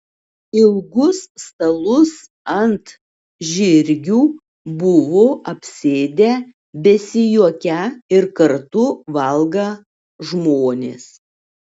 ilgus stalus ant žirgių buvo apsėdę besijuokią ir kartu valgą žmonės